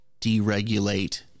deregulate